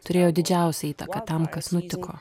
turėjo didžiausią įtaką tam kas nutiko